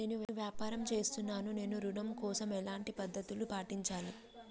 నేను వ్యాపారం చేస్తున్నాను నేను ఋణం కోసం ఎలాంటి పద్దతులు పాటించాలి?